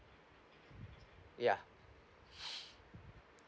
ya